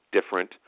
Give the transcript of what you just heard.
different